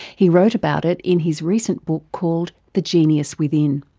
he wrote about it in his recent book called the genius within.